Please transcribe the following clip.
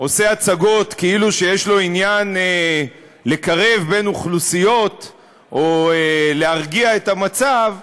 עושה הצגות כאילו יש לו עניין לקרב בין אוכלוסיות או להרגיע את המצב,